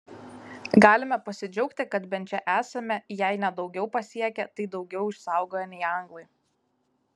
galime pasidžiaugti kad bent čia esame jei ne daugiau pasiekę tai daugiau išsaugoję nei anglai